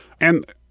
And-